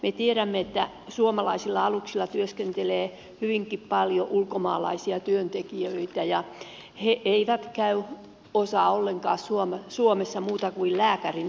me tiedämme että suomalaisilla aluksilla työskentelee hyvinkin paljon ulkomaalaisia työntekijöitä ja osa heistä ei käy ollenkaan suomessa muuten kuin lääkärintarkastuksessa